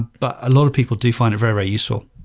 but a lot of people do find it very very useful,